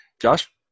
Josh